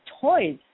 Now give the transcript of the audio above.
toys